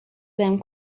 بهم